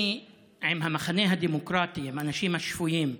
אני עם המחנה הדמוקרטי, עם האנשים השפויים,